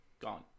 Gone